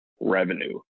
revenue